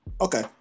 okay